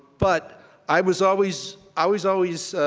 but i was always, i was always,